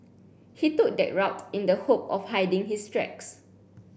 he took that route in the hope of hiding his tracks